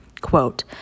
quote